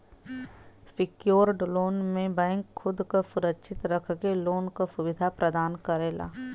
secured loan में bank खुद क सुरक्षित रख के लोन क सुविधा प्रदान करला